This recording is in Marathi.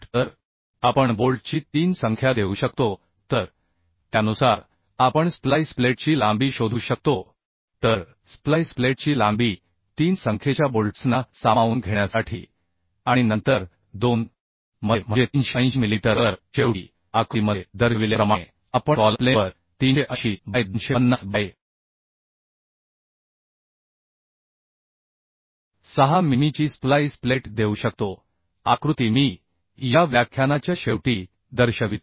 तर आपण बोल्टची 3 संख्या देऊ शकतो तर त्यानुसार आपण स्प्लाइस प्लेटची लांबी शोधू शकतो तर स्प्लाइस प्लेटची लांबी 3 संख्येच्या बोल्ट्सना सामावून घेण्यासाठी आणि नंतर 2 मध्ये म्हणजे 380 मिलीमीटर तर शेवटी आकृतीमध्ये दर्शविल्याप्रमाणे आपण कॉलम प्लेनवर 380 बाय 250 बाय 6 मिमीची स्प्लाइस प्लेट देऊ शकतो आकृती मी या व्याख्यानाच्या शेवटी दर्शवितो